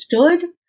understood